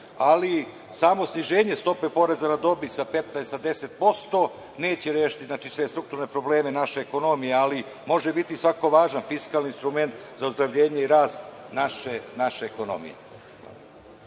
ali samo sniženje stope poreza na dobit sa 15 na 10% neće rešiti sve strukturne probleme naše ekonomije, ali može biti važan fiskalni instrument za ozdravljenje i rast naše ekonomije.